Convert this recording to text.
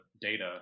data